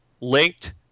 linked